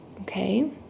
Okay